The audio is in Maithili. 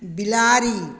बिलाड़ि